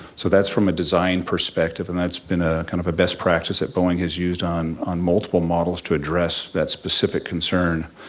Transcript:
so that's from a design perspective and that's been ah kind of a best practice that boeing has used on on multiple models to address that specific concern.